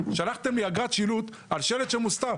שלחתם לי אגרת שילוט על שלט שמוסתר.